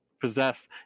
possess